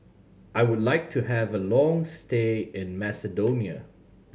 I would like to have a long stay in Macedonia